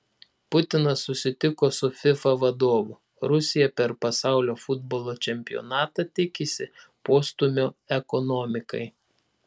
putinas susitiko su fifa vadovu rusija per pasaulio futbolo čempionatą tikisi postūmio ekonomikai